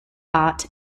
art